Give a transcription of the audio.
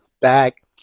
back